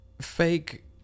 fake